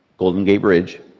golden gate bridge,